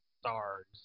stars